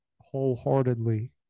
wholeheartedly